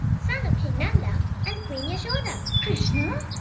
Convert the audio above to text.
son of king nanda and queen yashoda. krishna?